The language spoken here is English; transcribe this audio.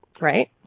Right